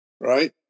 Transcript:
Right